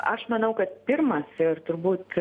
aš manau kad pirmas ir turbūt